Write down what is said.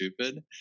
stupid